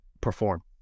perform